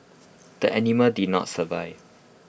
the animal did not survive